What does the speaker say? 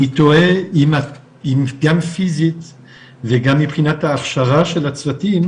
אני תוהה אם גם פיזית וגם מבחינת ההכשרה של הצוותים